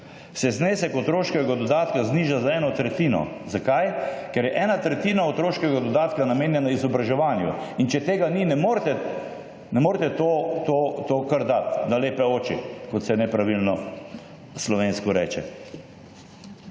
se znesek otroškega dodatka zniža za eno tretjino. Zakaj? Ker je ena tretjina otroškega dodatka namenjena izobraževanju. In če tega ni, ne morete to kar dati »na lepe oči«, kot se nepravilno slovensko reče.